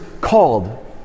called